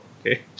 Okay